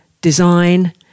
design